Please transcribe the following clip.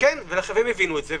אחרים הבינו את זה,